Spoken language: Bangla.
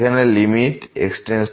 এখানে লিমিট x→0